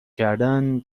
کردن